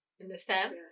understand